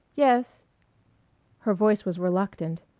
yes her voice was reluctant.